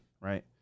right